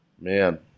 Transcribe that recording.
man